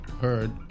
heard